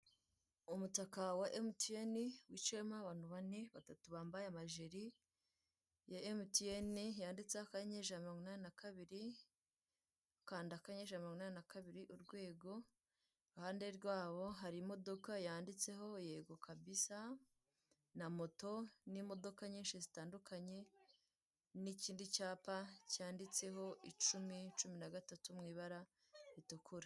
Umutaka wa MTN wicayemo abantu bane, batatu bambaye amajiri ya MTN yanditse akanyenyeri ijana na mirongo inani na kabiri, kanda akanyenyeri ijana na mirongo inani na kabiri urwego, iruhande rwabo hari imodoka yanditseho yego kabisa na moto n'imodoka nyinshi zitandukanye n'ikindi cyapa cyanditseho icumi, cumi na gatatu mu ibara ritukura.